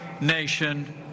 nation